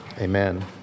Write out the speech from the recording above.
Amen